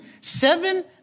seven